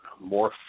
more